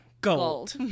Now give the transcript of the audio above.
gold